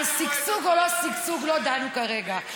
על שגשוג או לא שגשוג לא דנו כרגע.